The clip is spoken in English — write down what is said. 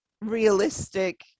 realistic